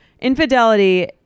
infidelity